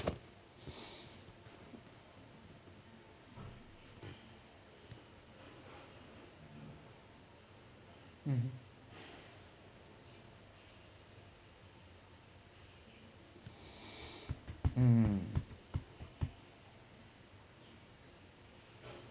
mmhmm mmhmm